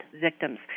victims